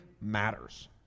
matters